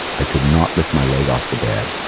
i could not lift my leg off the bed.